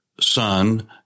son